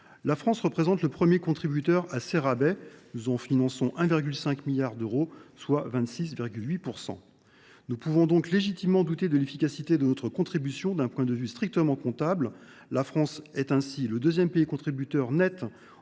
La France représente le premier contributeur à ces rabais : nous les finançons à hauteur de 1,5 milliard d’euros en 2025, soit 26,8 % du total. Nous pouvons donc légitimement douter de l’efficacité de notre contribution, d’un point de vue strictement comptable. La France est ainsi le deuxième pays contributeur net aux